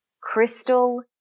crystal